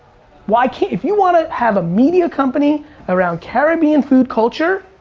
why can't, if you wanna have a media company around caribbean food culture,